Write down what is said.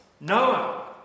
Noah